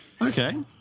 okay